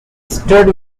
stood